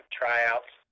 tryouts